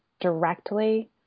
directly